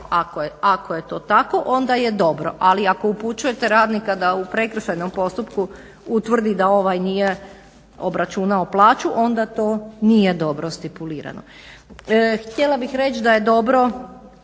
Ako je to tako onda je dobro. Ali ako upućujete radnika da u prekršajnom postupku utvrdi da ovaj nije obračunao plaću onda to nije dobro stipulirano.